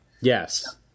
Yes